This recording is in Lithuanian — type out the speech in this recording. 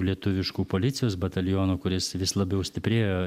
lietuviško policijos bataliono kuris vis labiau stiprėjo